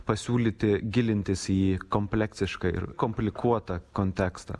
pasiūlyti gilintis į kompleksišką ir komplikuota kontekstą